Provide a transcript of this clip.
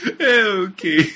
Okay